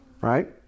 right